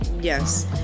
Yes